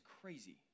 crazy